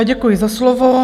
Děkuji za slovo.